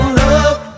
love